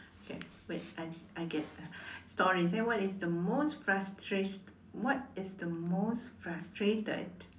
okay wait I I get stories eh what is the most frustrate~ what is the most frustrated